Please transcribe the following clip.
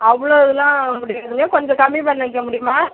அவ்வளோ இதெல்லாம் முடியாதுங்க கொஞ்சம் கம்மி பண்ணிக்க முடியுமா